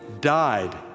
died